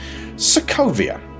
Sokovia